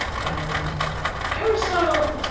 and aristotle,